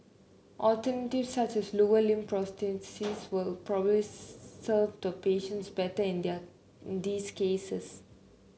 alternatives such as lower limb prosthesis will probably serve the patients better in there these cases